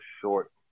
short